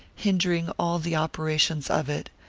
hindering all the operations of it,